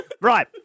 Right